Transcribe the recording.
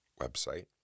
website